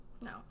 No